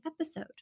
episode